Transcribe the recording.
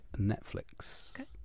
Netflix